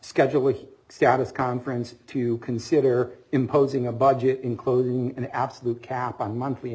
schedule a status conference to consider imposing a budget including an absolute cap on monthly an